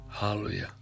Hallelujah